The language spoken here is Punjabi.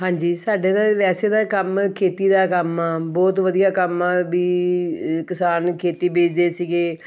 ਹਾਂਜੀ ਸਾਡੇ ਤਾਂ ਵੈਸੇ ਤਾਂ ਕੰਮ ਖੇਤੀ ਦਾ ਕੰਮ ਆ ਬਹੁਤ ਵਧੀਆ ਕੰਮ ਆ ਵੀ ਕਿਸਾਨ ਖੇਤੀ ਬੀਜਦੇ ਸੀਗੇ